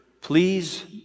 Please